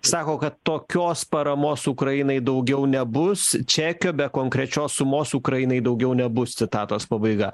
sako kad tokios paramos ukrainai daugiau nebus čekio be konkrečios sumos ukrainai daugiau nebus citatos pabaiga